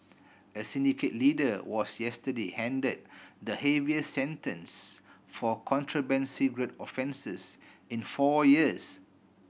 a syndicate leader was yesterday handed the heaviest sentence for contraband cigarette offences in four years